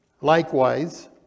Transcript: Likewise